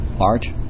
art